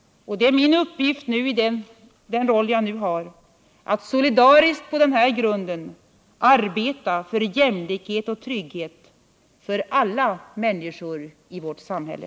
Och min uppgift i den roll som jag nu har är att solidariskt på den här grunden arbeta för jämlikhet och trygghet för alla människor i vårt samhälle.